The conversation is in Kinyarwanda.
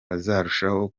bazarushaho